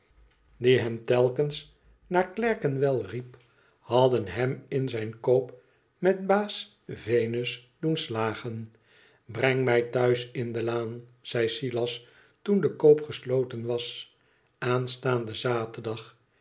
clerkenwell riq hadden hem in zijn koop met baas venus doen slagen breng mij thuis in de laan zei silas toen de koop gesloten was aanstaanden zaterdags